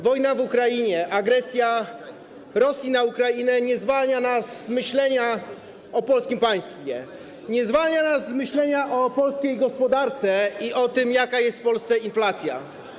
Wojna w Ukrainie, agresja Rosji na Ukrainę nie zwalnia nas z myślenia o polskim państwie, nie zwalnia nas z myślenia o polskiej gospodarce i o tym, jaka jest w Polsce inflacja.